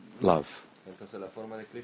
love